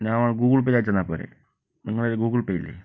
ഞാൻ ഗൂഗിൾ പേയിൽ അയച്ചു തന്നാൽ പോരെ നിങ്ങളുടെ കൈയിൽ ഗൂഗിൾ പേ ഇല്ലേ